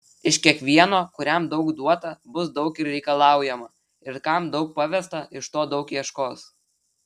iš kiekvieno kuriam daug duota bus daug ir reikalaujama ir kam daug pavesta iš to daug ieškos